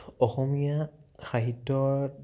অসমীয়া সাহিত্যৰ